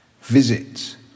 visit